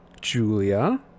Julia